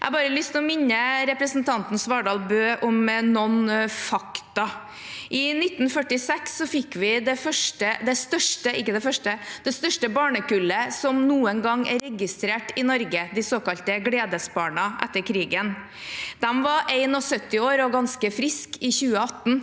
lyst til å minne representanten Svardal Bøe om noen fakta. I 1946 fikk vi det største barnekullet som noen gang er registrert i Norge, de såkalte gledesbarna etter krigen. De var 71 år og ganske friske i 2018.